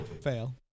Fail